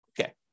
Okay